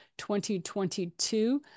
2022